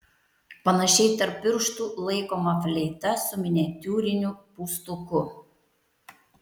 panašiai tarp pirštų laikoma fleita su miniatiūriniu pūstuku